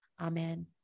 Amen